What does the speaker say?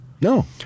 No